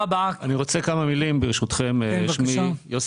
לי יש